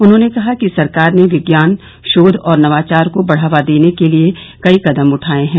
उन्होंने कहा कि सरकार ने विज्ञान शोध और नवाचार को बढ़ावा देने के लिए कई कदम उठाए हैं